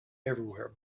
everywhere